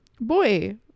boy